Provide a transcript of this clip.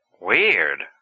Weird